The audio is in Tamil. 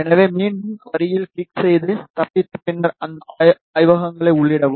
எனவே மீண்டும் வரியில் கிளிக் செய்து தப்பித்து பின்னர் அந்த ஆயங்களை உள்ளிடவும்